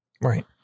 Right